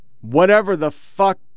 whatever-the-fuck